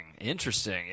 Interesting